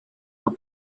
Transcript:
were